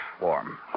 warm